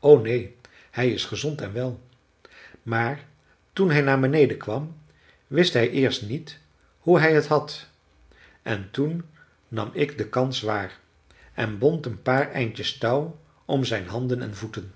o neen hij is gezond en wel maar toen hij naar beneden kwam wist hij eerst niet hoe hij het had en toen nam ik de kans waar en bond een paar eindjes touw om zijn handen en voeten